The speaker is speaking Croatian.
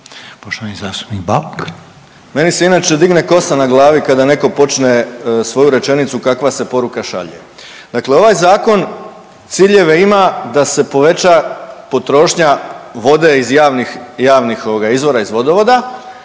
Bauk. **Bauk, Arsen (SDP)** Meni se inače digne kosa na glavi kada neko počne svoju rečenicu kakva se poruka šalje. Dakle, ovaj zakon ciljeve ima da se poveća potrošnja vode iz javnih izvora iz vodovoda,